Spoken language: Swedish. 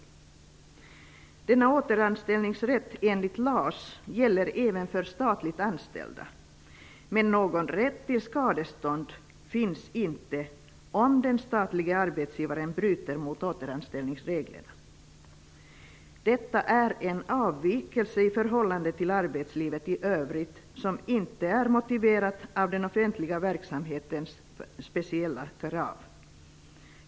Denna återanställningsrätt enligt LAS gäller även för statligt anställda. Men någon rätt till skadestånd finns inte om den statlige arbetsgivaren bryter mot återanställningsreglerna. I förhållande till arbetslivet i övrigt är detta en avvikelse som inte är motiverad av den offentliga verksamhetens speciella krav.